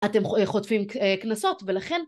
אתם חוטפים קנסות ולכן